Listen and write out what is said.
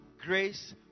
grace